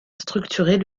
structurer